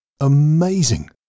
amazing